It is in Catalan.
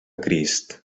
crist